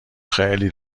خیلی